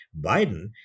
Biden